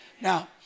Now